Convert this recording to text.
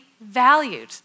valued